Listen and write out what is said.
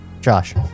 Josh